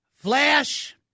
Flash